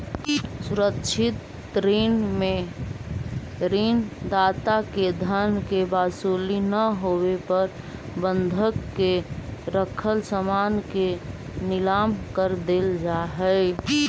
सुरक्षित ऋण में ऋण दाता के धन के वसूली ना होवे पर बंधक के रखल सामान के नीलाम कर देल जा हइ